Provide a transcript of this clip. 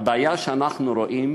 הבעיה שאנחנו רואים